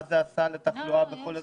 מה זה עשה לתחלואה בכול?